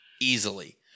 easily